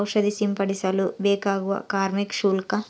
ಔಷಧಿ ಸಿಂಪಡಿಸಲು ಬೇಕಾಗುವ ಕಾರ್ಮಿಕ ಶುಲ್ಕ?